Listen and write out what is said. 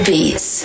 Beats